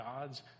God's